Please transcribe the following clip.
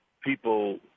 people